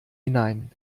hinein